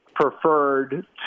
Preferred